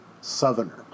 Southerner